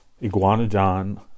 Iguanodon